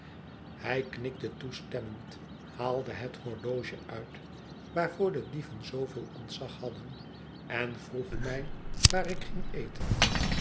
hij knikte toestemmend haalde het horloge uit waarvoor de dieven zooveel ontzag hadden en vroeg mij waar ikgingeten ik antwoordde met